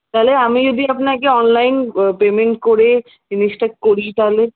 তাহলে আমি যদি আপনাকে অনলাইন পেমেন্ট করে জিনিসটা করি তাহলে